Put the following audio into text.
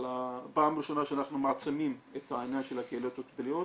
זו פעם ראשונה שאנחנו מעצימים את העניין של הקהילות הטיפוליות.